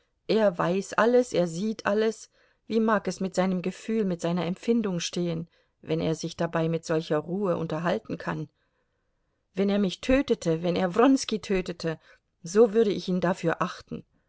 er weiß alles er sieht alles wie mag es mit seinem gefühl mit seiner empfindung stehen wenn er sich dabei mit solcher ruhe unterhalten kann wenn er mich tötete wenn er wronski tötete so würde ich ihn dafür achten